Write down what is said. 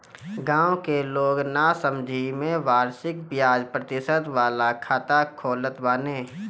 गांव के लोग नासमझी में वार्षिक बियाज प्रतिशत वाला खाता खोलत बाने